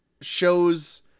shows